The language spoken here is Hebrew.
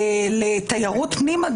לתיירות פנים.